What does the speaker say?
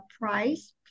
Price